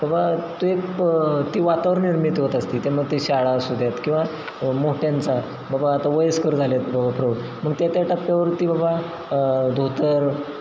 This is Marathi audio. बाबा तू एक ती वातावरण निर्मित होत असते त्यामुळं ते शाळा असूद्यात किंवा मोठ्यांचा बाबा आता वयस्कर झाल्यात प्रवा प्रो मग त्या त्या टप्प्यावरती बाबा धोतर